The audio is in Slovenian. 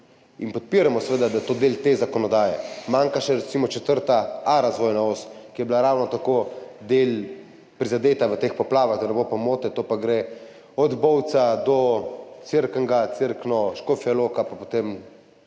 podpiramo, da je to del te zakonodaje. Manjka še recimo 4.a razvojna os, ki je bila ravno tako, del, prizadeta v teh poplavah, da ne bo pomote, to pa gre od Bovca do Cerknega, Cerkno, Škofja Loka, pa potem do Vodic.